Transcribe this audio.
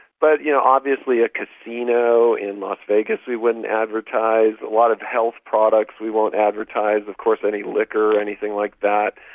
but you know obviously a casino in las vegas we wouldn't advertise, a lot of health products we won't advertise, of course any liquor or anything like that.